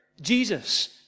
Jesus